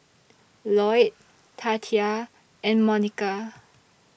Lloyd Tatia and Monika